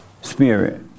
spirit